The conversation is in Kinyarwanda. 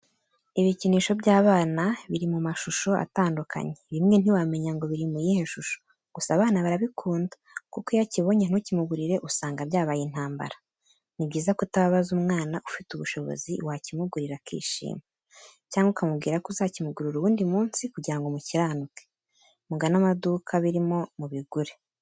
Ibikinisho by'abana biri mu mashusho atandukanye, bimwe ntiwamenya ngo biri mu yihe shusho, gusa abana barabikunda kuko iyo akibonye ntukimugurire usanga byabaye intambara. Ni byiza kutababaza umwana ufite ubushobozi wakimugurira akishima, cyangwa ukamubwira ko uzakimugurira uwundi munsi kugira ngo mukiranuke, mugane amaduka birimo mubigure.